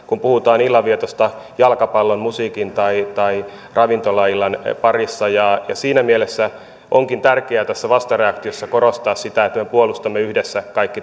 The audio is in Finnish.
kun puhutaan illanvietosta jalkapallon musiikin tai tai ravintolaillan parissa siinä mielessä onkin tärkeää tässä vastareaktiossa korostaa sitä että me puolustamme yhdessä kaikki